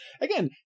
Again